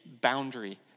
boundary